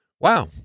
wow